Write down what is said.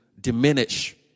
diminish